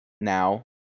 now